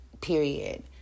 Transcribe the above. period